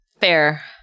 Fair